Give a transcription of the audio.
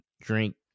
drink